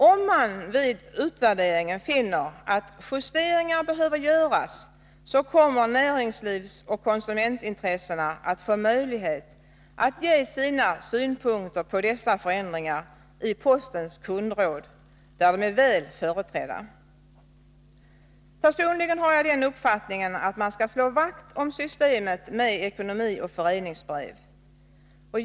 Om man vid utvärderingen finner att justeringar behöver göras, kommer näringslivsoch konsumentintressena att få möjlighet att ge sina synpunkter på dessa förändringar i postens kundråd, där de är väl företrädda. Personligen har jag den uppfattningen att man skall slå vakt om systemet med ekonomioch föreningsbrev.